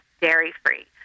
dairy-free